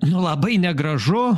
nu labai negražu